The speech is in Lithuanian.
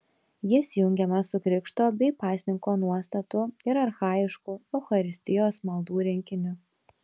jis jungiamas su krikšto bei pasninko nuostatų ir archajiškų eucharistijos maldų rinkiniu